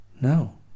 No